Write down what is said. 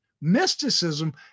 mysticism